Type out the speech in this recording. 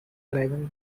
driving